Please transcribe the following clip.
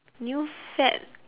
new fad